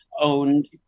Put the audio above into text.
owned